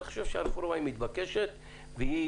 אני חושב שהרפורמה הזאת מתבקשת והיא